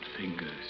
fingers